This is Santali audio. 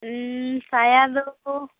ᱥᱟᱭᱟ ᱫᱚ